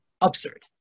absurd